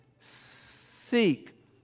seek